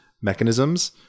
mechanisms